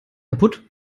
kaputt